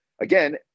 Again